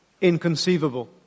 inconceivable